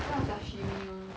要 sashimi mah